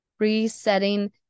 Resetting